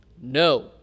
No